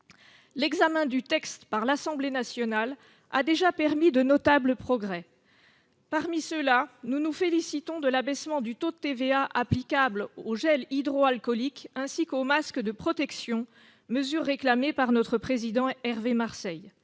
L'examen du texte par l'Assemblée nationale a déjà permis de notables progrès. Parmi ceux-là, nous nous félicitons de l'abaissement du taux de TVA applicable aux gels hydroalcooliques ainsi qu'aux masques de protection, mesure réclamée par notre président Hervé Marseille.